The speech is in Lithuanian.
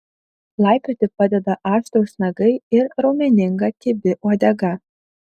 laipioti padeda aštrūs nagai ir raumeninga kibi uodega